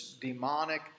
demonic